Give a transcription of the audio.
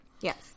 Yes